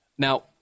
Now